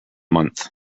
month